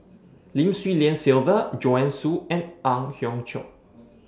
Lim Swee Lian Sylvia Joanne Soo and Ang Hiong Chiok